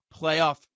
playoff